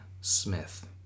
Smith